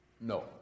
No